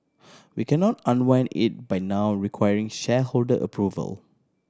we cannot unwind it by now requiring shareholder approval